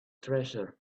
treasure